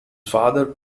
father